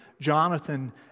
Jonathan